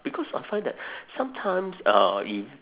because I find that sometimes uh if